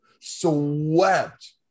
swept